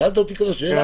שאלת אותי כזאת שאלה?